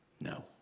No